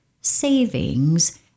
savings